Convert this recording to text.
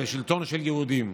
בשלטון של יהודים.